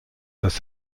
dass